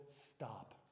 stop